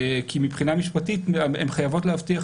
כי מבחינה משפטית הן חייבות להבטיח